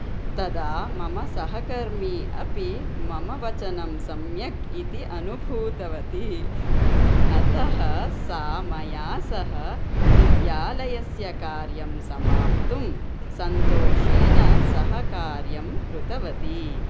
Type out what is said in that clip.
तदा मम सहकर्मी अपि मम वचनं सम्यक् इति अनुभूतवती अतः सा मया सह विद्यालयस्य कार्यं समाप्तुं सन्तिषेन सहकार्यं कृतवती